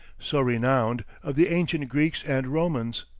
so renowned, of the ancient greeks and romans,